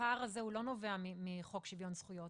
הפער הזה הוא לא נובע מחוק שוויון זכויות,